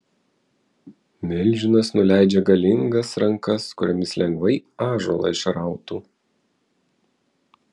milžinas nuleidžia galingas rankas kuriomis lengvai ąžuolą išrautų